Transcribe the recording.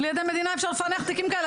בלי עדי מדינה אי אפשר לפענח תיקים כאלה,